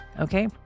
Okay